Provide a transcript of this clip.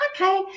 Okay